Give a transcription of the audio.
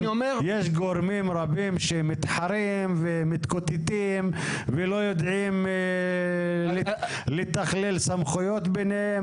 יש גורמים רבים שמתחרים ומתקוטטים ולא יודעים לתכלל סמכויות ביניהם,